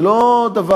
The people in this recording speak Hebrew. זה לא דבר,